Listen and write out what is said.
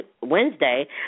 Wednesday